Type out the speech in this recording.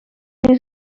and